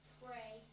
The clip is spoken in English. pray